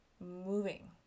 moving